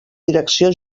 direcció